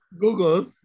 Google